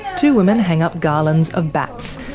two women hang up garlands of bats,